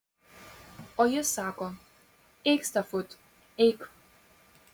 o jis sako eik stefut eik